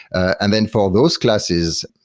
and then for those classes,